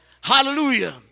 Hallelujah